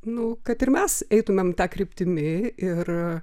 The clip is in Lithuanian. nu kad ir mes eitumėm ta kryptimi ir